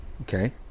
okay